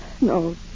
No